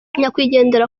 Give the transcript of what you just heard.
nyakwigendera